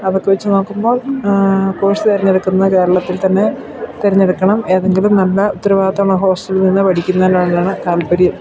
അതൊക്കെ വച്ചു നോക്കുമ്പോൾ കോഴ്സ് തെരഞ്ഞെടുക്കുന്നത് കേരളത്തിൽ തന്നെ തെരഞ്ഞെടുക്കണം ഏതെങ്കിലും നല്ല ഉത്തരവാദിത്തമുള്ള ഹോസ്റ്റലിൽ നിന്ന് പഠിക്കുന്നതിനോടാണ് താൽപര്യം